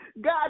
God